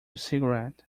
cigarette